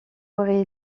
aurait